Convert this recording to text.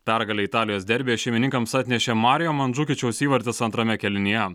pergalę italijos derbyje šeimininkams atnešė mario mandžukičiaus įvartis antrame kėlinyje